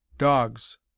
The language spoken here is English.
dogs